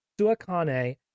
Suakane